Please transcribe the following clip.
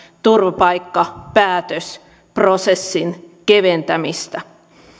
turvapaikkapäätösprosessin keventämistä